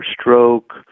stroke